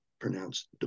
pronounced